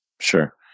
sure